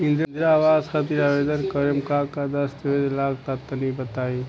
इंद्रा आवास खातिर आवेदन करेम का का दास्तावेज लगा तऽ तनि बता?